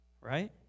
right